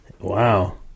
Wow